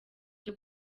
byo